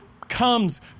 comes